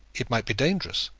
it might be dangerous,